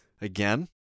Again